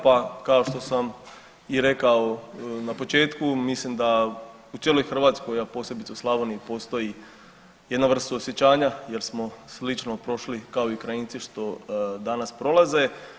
Pa kao što sam i rekao na početku, mislim da u cijeloj Hrvatskoj, a posebice u Slavoniji postoji jedna vrst suosjećanja jer smo slično prošli kao i Ukrajinci što danas prolaze.